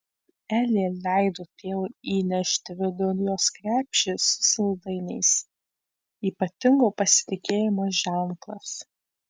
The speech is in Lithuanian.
elė leido tėvui įnešti vidun jos krepšį su saldainiais ypatingo pasitikėjimo ženklas